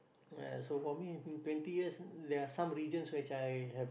well so for me twenty years there are some regions which I have